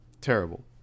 terrible